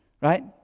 right